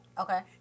Okay